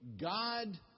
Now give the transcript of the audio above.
God